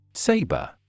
Saber